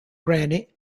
granite